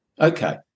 Okay